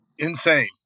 Insane